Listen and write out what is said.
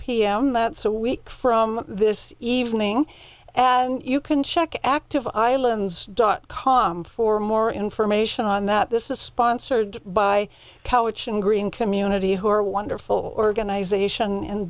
pm that's a week from this evening and you can check active islands dot com for more information on that this is sponsored by green community who are a wonderful organization and